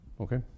Okay